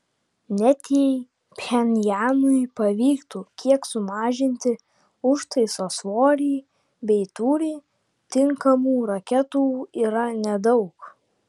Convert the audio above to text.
net jei pchenjanui pavyktų kiek sumažinti užtaiso svorį bei tūrį tinkamų raketų yra nedaug